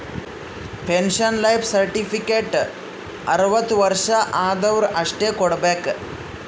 pension life certificate ಅರ್ವತ್ ವರ್ಷ ಆದ್ವರು ಅಷ್ಟೇ ಕೊಡ್ಬೇಕ